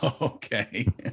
Okay